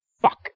Fuck